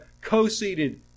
co-seated